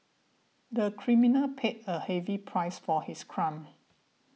the criminal paid a heavy price for his crime